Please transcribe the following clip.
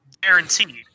guaranteed